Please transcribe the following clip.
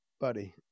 Buddy